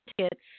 tickets